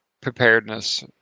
preparedness